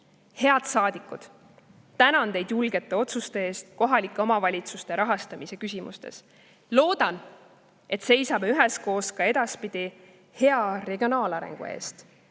Head saadikud! Tänan teid julgete otsuste eest kohalike omavalitsuste rahastamise küsimustes. Loodan, et seisame üheskoos ka edaspidi hea regionaalarengu eest,